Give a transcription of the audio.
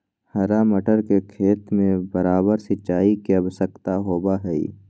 हरा मटर के खेत में बारबार सिंचाई के आवश्यकता होबा हई